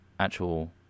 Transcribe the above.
actual